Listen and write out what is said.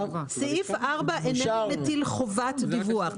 סעיף 4 איננו מטיל חובת דיווח.